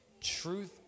Truth